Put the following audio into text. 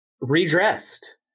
redressed